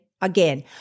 Again